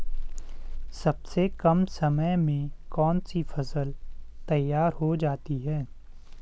सबसे कम समय में कौन सी फसल तैयार हो जाती है?